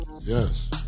Yes